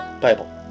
Bible